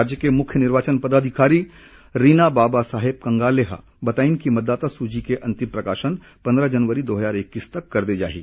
राज्य की मुख्य निर्वाचन पदाधिकारी रीना बाबा साहेब कंगाले ने बताया कि मतदाता सूची का अंतिम प्रकाशन पंद्रह जनवरी दो हजार इक्कीस तक कर दिया जाएगा